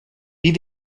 wie